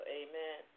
amen